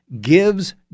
gives